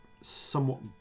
somewhat